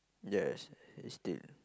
yes he is dead